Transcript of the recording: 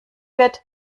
wird